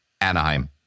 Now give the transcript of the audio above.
Anaheim